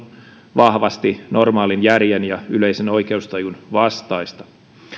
vahvasti normaalin järjen ja yleisen oikeustajun vastaista